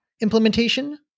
implementation